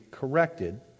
corrected